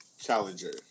Challenger